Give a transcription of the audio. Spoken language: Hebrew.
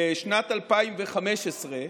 בשנת 2015,